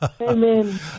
Amen